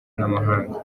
n’amahanga